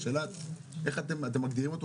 השאלה היא איך אתם מגדירים אותו?